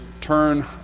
turn